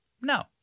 no